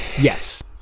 Yes